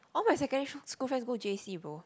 all my secondary sch~ school friends go j_c bro